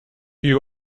you